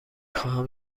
خواهم